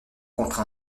contre